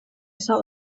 saw